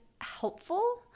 helpful